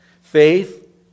Faith